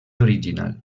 original